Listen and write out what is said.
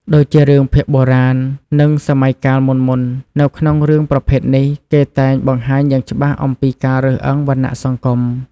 ដូចជា រឿងភាគបុរាណ និងសម័យកាលមុនៗ នៅក្នុងរឿងប្រភេទនេះ គេតែងបង្ហាញយ៉ាងច្បាស់អំពីការរើសអើងវណ្ណៈសង្គម។